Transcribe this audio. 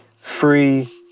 free